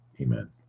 Amen